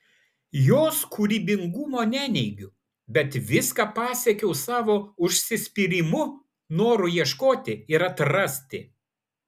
jos kūrybingumo neneigiu bet viską pasiekiau savo užsispyrimu noru ieškoti ir atrasti